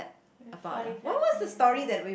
forty five minutes left